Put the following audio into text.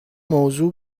موضوع